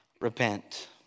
repent